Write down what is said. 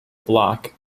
block